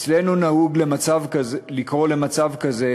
אצלנו נהוג לקרוא למצב כזה: